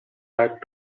back